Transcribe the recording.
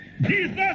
Jesus